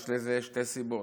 יש לזה שתי סיבות.